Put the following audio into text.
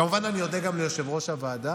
כמובן, אני אודה גם ליושב-ראש הוועדה